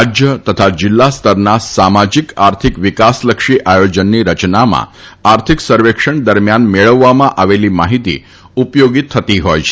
રાજ્ય તથા જિલ્લા સ્તરના સામાજીકસર્વેક્ષણ આર્થિક વિકાસ લક્ષી આયોજનની રચનામાં આર્થિક દરમ્યાન મેળવવામાં આવેલી માહિતી ઉપયોગી થતી હોય છે